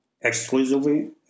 exclusively